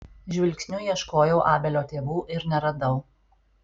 žvilgsniu ieškojau abelio tėvų ir neradau